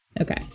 Okay